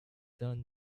done